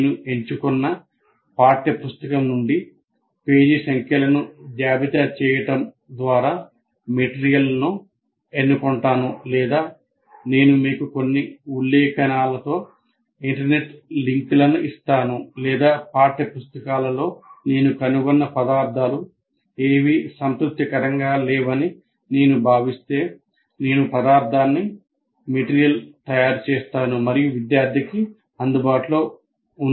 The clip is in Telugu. నేను ఎంచుకున్న పాఠ్య పుస్తకం నుండి పేజీ సంఖ్యలను జాబితా చేయడం ద్వారా పదార్థాన్ని ఎన్నుకుంటాను లేదా నేను మీకు కొన్ని ఉల్లేఖనాలతో ఇంటర్నెట్ లింక్లను ఇస్తాను లేదా పాఠ్యపుస్తకాల్లో నేను కనుగొన్న పదార్థాలు ఏవీ సంతృప్తికరంగా లేవని నేను భావిస్తే నేను పదార్థాన్ని తయారుచేస్తానుమరియు విద్యార్థికి అందుబాటులో ఉంది